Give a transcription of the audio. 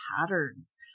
patterns